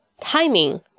Timing